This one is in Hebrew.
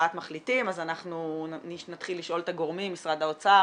הצעת מחליטים אז אנחנו נתחיל לשאול את הגורמים משרד האוצר,